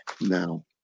now